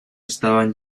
estaban